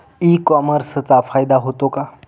E कॉमर्सचा फायदा होतो का?